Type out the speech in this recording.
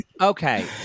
Okay